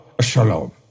Shalom